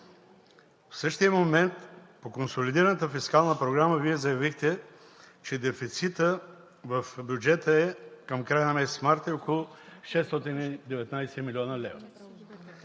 В същия момент по Консолидираната фискална програма Вие заявихте, че дефицитът в бюджета към края на месец март е около 619 млн. лв.